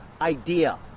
idea